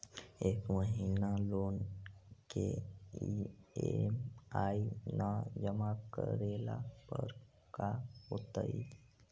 एक महिना लोन के ई.एम.आई न जमा करला पर का होतइ?